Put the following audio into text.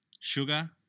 Sugar